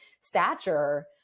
stature